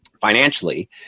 financially